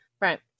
Right